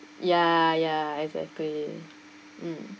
ya ya exactly um